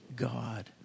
God